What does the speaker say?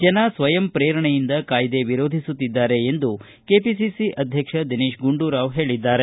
ಜನ ಸ್ವಯಂ ಪ್ರೇರಣೆಯಿಂದ ಕಾಯ್ದೆ ವಿರೋಧಿಸುತ್ತಿದ್ದಾರೆ ಎಂದು ಕೆಪಿಸಿಸಿ ಅಧ್ಯಕ್ಷ ದಿನೇತ್ ಗುಂಡೂರಾವ್ ಹೇಳದ್ದಾರೆ